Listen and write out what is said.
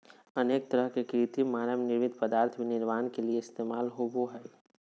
अनेक तरह के कृत्रिम मानव निर्मित पदार्थ भी निर्माण के लिये इस्तेमाल होबो हइ